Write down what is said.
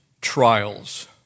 trials